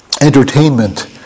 entertainment